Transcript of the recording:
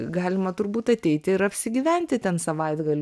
galima turbūt ateiti ir apsigyventi ten savaitgalį